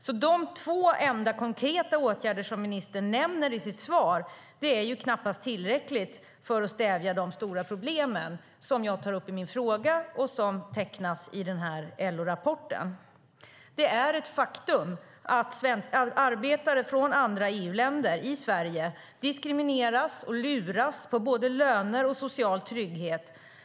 De enda två konkreta åtgärder som ministern nämner i sitt svar är knappast tillräckligt för att stävja de stora problem som jag tar upp i min interpellation och som tecknas i denna LO-rapport. Det är ett faktum att arbetare från andra EU-länder i Sverige diskrimineras och luras på både löner och social trygghet.